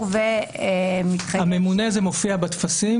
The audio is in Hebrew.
במשרד המשפטים,